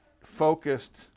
focused